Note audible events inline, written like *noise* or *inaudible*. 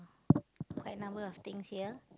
*noise* quite a number of things here